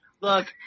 Look